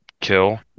kill